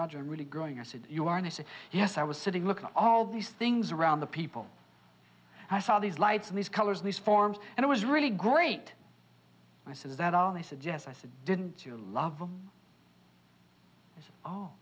roger really growing i said you are and i said yes i was sitting looking at all these things around the people and i saw these lights and these colors these forms and it was really great i says that all they said yes i said didn't you love them oh